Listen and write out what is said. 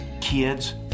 kids